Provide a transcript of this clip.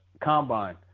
Combine